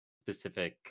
specific